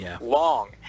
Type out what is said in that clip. long